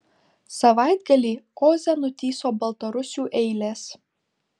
savaitgalį oze nutįso baltarusių eilės